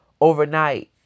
Overnight